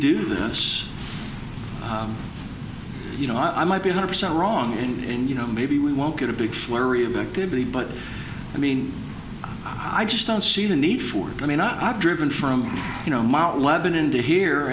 do this you know i might be a hundred percent wrong and you know maybe we won't get a big flurry of activity but i mean i just don't see the need for it i mean i've driven from you know mount lebanon to here